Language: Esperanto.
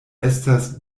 estas